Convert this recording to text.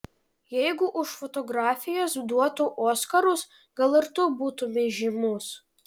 jeigu už fotografijas duotų oskarus gal ir tu būtumei žymus